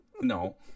No